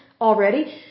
already